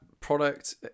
product